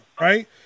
Right